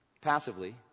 Passively